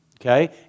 Okay